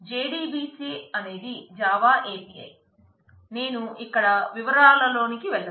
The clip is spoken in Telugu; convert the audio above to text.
JDBC అనేది జావా API నేను ఇక్కడ వివరాలలోనికి వెళ్లను